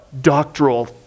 doctoral